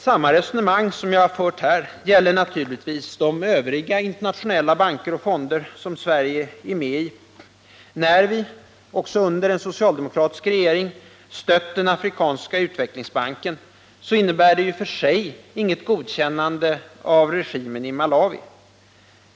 Samma resonemang som det jag nu har fört gäller naturligtvis de övriga internationella banker och fonder som Sverige är med i. När vi — också under en socialdemokratisk regering — stött den afrikanska utvecklingsbanken innebär det i och för sig inget godkännande av regimen i Malawi.